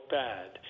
bad